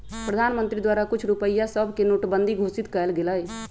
प्रधानमंत्री द्वारा कुछ रुपइया सभके नोटबन्दि घोषित कएल गेलइ